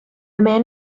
man